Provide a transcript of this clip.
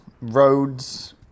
Roads